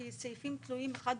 כי סעיפים תלויים אחד בשני.